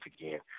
again